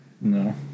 No